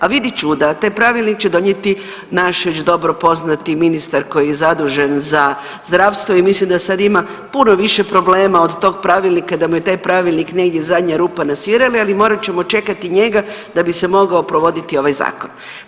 A vidi čuda, taj pravilnik će donijeti naš već dobro poznati ministar koji je zadužen za zdravstvo i mislim da sad ima puno više problema od tog pravilnika i da mu je taj pravilnik negdje zadnja rupa na svirali, ali morat ćemo čekati njega da bi se mogao provoditi ovaj zakon.